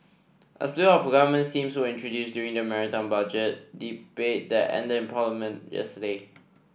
a slew of government schemes was introduced during the Marathon Budget Debate that ended in Parliament yesterday